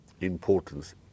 importance